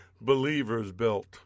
believers-built